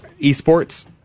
esports